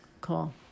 Cool